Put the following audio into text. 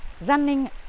running